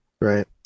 right